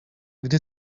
gdy